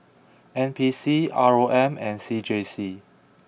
N P C R O M and C J C